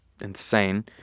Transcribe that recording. insane